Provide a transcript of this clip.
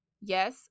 Yes